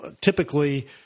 typically